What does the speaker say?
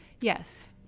yes